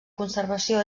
conservació